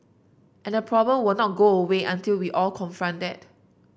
and the problem will not go away until we all confront that